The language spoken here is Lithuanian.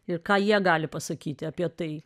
ir ką jie gali pasakyti apie tai